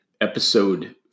episode